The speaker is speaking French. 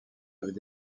avait